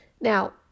Now